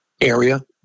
area